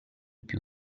più